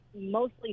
mostly